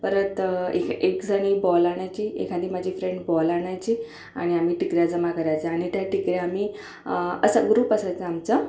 परत एक एकजण बॉल आणायची एखादी माझी फ्रेंड बॉल आणायची आणि आम्ही टिकऱ्या जमा करायचं आणि त्या टिकऱ्या आम्ही असा ग्रुप असायचा आमचा